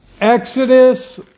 Exodus